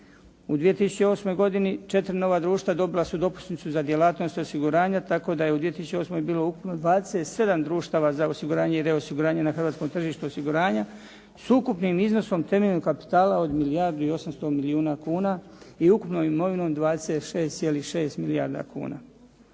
U 2008. godini 4 nova društva dobila su dopusnicu za djelatnost osiguranja, tako da je u 2008. bilo ukupno 27 društava za osiguranje i reosiguranje na hrvatskom tržištu osiguranja s ukupnim iznosom temeljnog kapitala milijardu i 800 milijuna kuna i ukupnom imovinom 26,6 milijarda kuna.,